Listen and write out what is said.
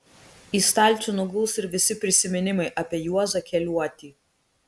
į stalčių nuguls ir visi prisiminimai apie juozą keliuotį